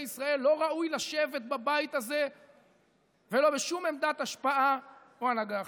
ישראל לא ראוי לשבת בבית הזה ולא בשום עמדת השפעה או ההנהגה אחרת.